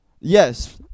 yes